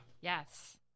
Yes